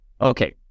Okay